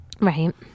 right